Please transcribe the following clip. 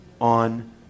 on